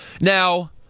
Now